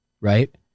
right